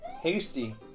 hasty